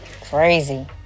crazy